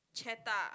cheddar